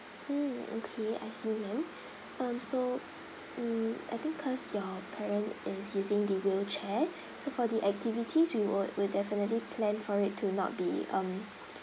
mm okay I see ma'am um so mm I think cause your parent is using the wheelchair so for the activities we will will definitely plan for it to not be um